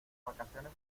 vacaciones